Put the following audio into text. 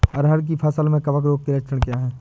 अरहर की फसल में कवक रोग के लक्षण क्या है?